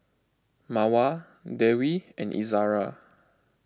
Mawar Dewi and Izara